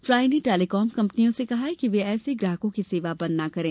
try ने telecom कंपनियों से कहा है कि वे ऐसे ग्राहकों की सेवा बंद ना करें